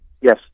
Yes